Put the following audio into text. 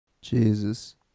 Jesus